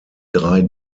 drei